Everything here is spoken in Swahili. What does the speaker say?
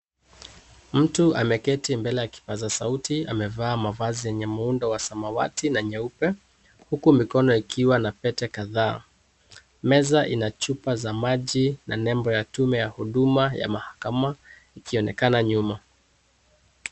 Mtu ameketi mbele ya kipaza sauti amevaa mavazi yenye muundo wa samawati na nyeupe huku mikono ikiwa na pete kadhaa, meza ina chupa za maji na nembo ya tume ya huduma ya mahakama ikionekana nyuma.